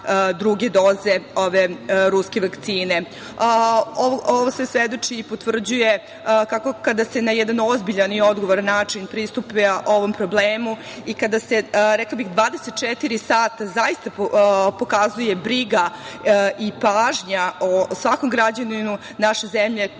druge doze ove ruske vakcine. Ovo sve svedoči i potvrđuje kako kada se na jedan ozbiljan i odgovoran način pristupa ovom problemu i kada se, rekla bih, 24 sata zaista pokazuje briga i pažnja o svakom građaninu naše zemlje, to